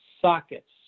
sockets